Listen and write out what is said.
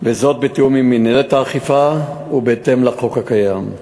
בתיאום עם מינהלת האכיפה ובהתאם לחוק הקיים.